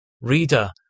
Reader